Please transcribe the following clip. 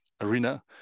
arena